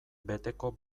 beteko